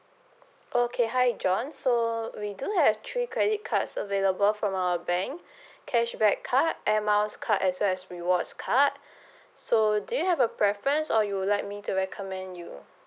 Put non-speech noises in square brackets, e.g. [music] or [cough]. okay hi john so we do have three credit cards available from our bank [breath] cashback card air miles card as well as rewards card [breath] so do you have a preference or you would like me to recommend you